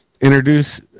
introduce